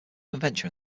convention